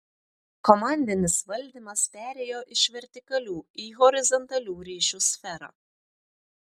komandinis valdymas perėjo iš vertikalių į horizontalių ryšių sferą